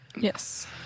Yes